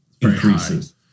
increases